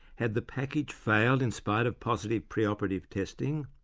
had the package failed in spite of positive preoperative testing?